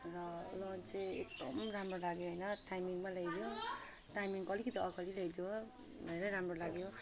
र लन्च चाहिँ एकदम राम्रो लाग्यो होइन टाइमिङमा ल्याइदियो टाइमिङको अलिकिति अगाडि ल्याइदियो धेरै राम्रो लाग्यो